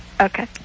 okay